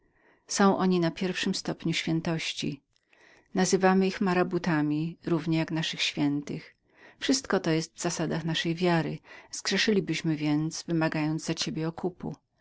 są oni na pierwszym stopniu świętości nazywamy ich marabutami równie jak naszych świętych wszystko to jest w zasadach naszej wiary zgrzeszylibyśmy więc wymagając za ciebie okupu